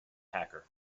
hacker